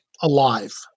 alive